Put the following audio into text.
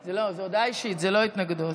לא, זו הודעה אישית, זו לא התנגדות.